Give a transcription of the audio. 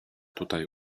tutaj